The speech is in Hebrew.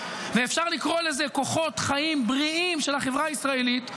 ואפשר לקרוא לזה כוחות חיים בריאים של החברה הישראלית,